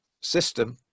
system